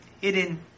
hidden